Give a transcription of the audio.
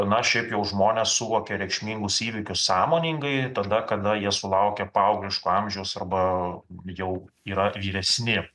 na šiaip jau žmonės suvokia reikšmingus įvykius sąmoningai tada kada jie sulaukia paaugliško amžiaus arba jau yra vyresni